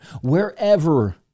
wherever